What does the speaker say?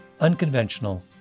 unconventional